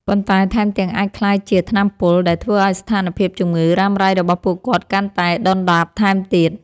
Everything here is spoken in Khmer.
ប៉ុន្តែថែមទាំងអាចក្លាយជា ថ្នាំពុល ដែលធ្វើឱ្យស្ថានភាពជំងឺរ៉ាំរ៉ៃរបស់ពួកគាត់កាន់តែដុនដាបថែមទៀត។